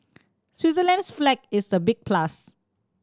Switzerland's flag is a big plus